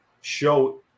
show